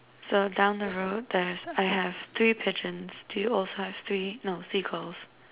so down the road there's I have three pigeons do you also have three no seagulls